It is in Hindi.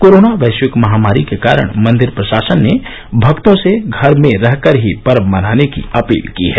कोरोना वैश्विक महामारी के कारण मंदिर प्रशासन ने भक्तों से घर में रहकर ही पर्व मनाने की अपील की है